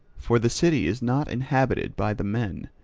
for the city is not inhabited by the men,